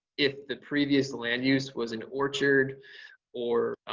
if the previous land use was an orchard or